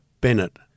Bennett